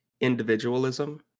individualism